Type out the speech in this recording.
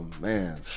man